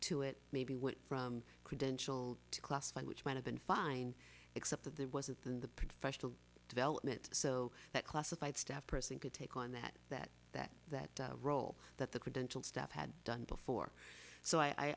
to it maybe went from credential to classified which might have been fine except that there wasn't then the professional development so that classified staff person could take on that that that that role that the credential staff had done before so